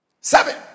Seven